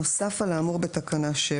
נוסף על האמור בתקנה 7: